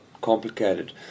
complicated